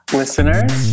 listeners